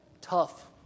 tough